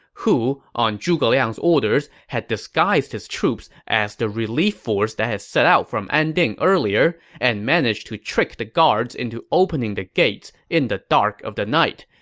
who, on zhuge liang's orders, had disguised his troops as the relief force that had set out from anding earlier and managed to trick the guards into opening the gates in the dark of the night,